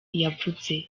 yavuze